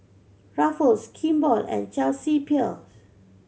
Ruffles Kimball and Chelsea Peers